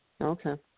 okay